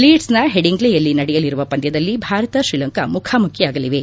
ಲೀಡ್ಸ್ನ ಹೆಡಿಂಗ್ಲೆಯಲ್ಲಿ ನಡೆಯಲಿರುವ ಪಂದ್ಯದಲ್ಲಿ ಭಾರತ ಶ್ರೀಲಂಕಾ ಮುಖಾಮುಖಿಯಾಗಲಿವೆ